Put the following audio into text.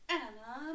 Anna